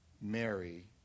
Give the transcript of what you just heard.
mary